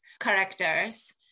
characters